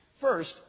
first